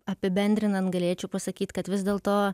apibendrinant galėčiau pasakyt kad vis dėl to